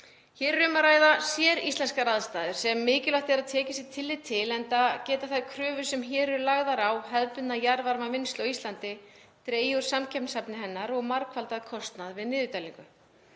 Hér er um að ræða séríslenskar aðstæður sem mikilvægt er að tekið sé tillit til enda geta þær kröfur sem hér eru lagðar á hefðbundna jarðvarmavinnslu á Íslandi dregið úr samkeppnishæfni hennar og margfaldað kostnað við niðurdælingu.